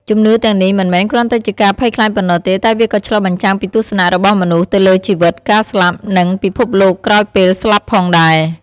ជំនឿទាំងនេះមិនមែនគ្រាន់តែជាការភ័យខ្លាចប៉ុណ្ណោះទេ តែវាក៏ឆ្លុះបញ្ចាំងពីទស្សនៈរបស់មនុស្សទៅលើជីវិត ការស្លាប់ និងពិភពលោកក្រោយពេលស្លាប់ផងដែរ។